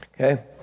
Okay